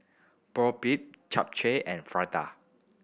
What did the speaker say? Boribap Japchae and Fritada